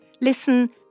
listen